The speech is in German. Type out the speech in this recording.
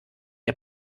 ihr